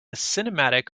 cinematic